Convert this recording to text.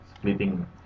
splitting